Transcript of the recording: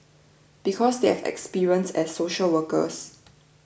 because they have experience as social workers